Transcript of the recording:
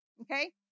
Okay